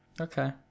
Okay